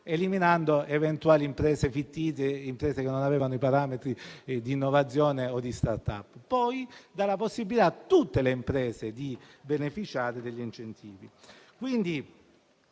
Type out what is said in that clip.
eliminando eventuali imprese fittizie e imprese che non hanno i parametri di innovazione o di *start-up*; inoltre, dà la possibilità a tutte le imprese di beneficiare degli incentivi.